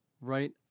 right